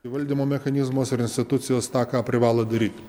valdymo mechanizmas ar institucijos tą ką privalo daryt